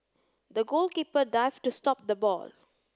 the goalkeeper dived to stop the ball